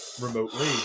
remotely